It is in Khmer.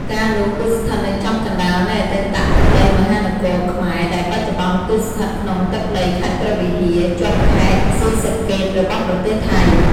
កាលនោះគឺស្ថិតនៅចំកណ្តាលនៃអតីតទឹកដីមហានគរខ្មែរ ដែលបច្ចុប្បន្នគឺស្ថិតក្នុងទឹកដីខេត្តព្រះវិហារ ជាប់ខេត្តស៊ីសាកេតរបស់ប្រទេសថៃ។